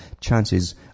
Chances